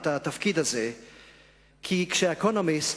כי כש"האקונומיסט",